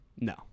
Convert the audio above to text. No